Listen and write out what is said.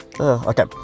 Okay